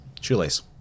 shoelace